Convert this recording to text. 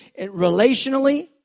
relationally